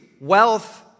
wealth